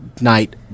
night